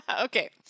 Okay